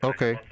Okay